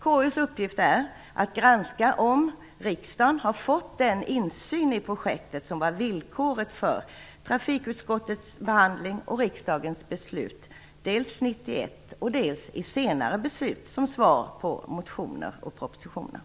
KU:s uppgift är att granska om riksdagen har fått den insyn i projektet som var villkoret dels för trafikutskottets behandling och riksdagens beslut 1991, dels för senare beslut som svar på motioner och propositioner.